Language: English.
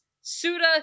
Suda